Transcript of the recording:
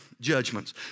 judgments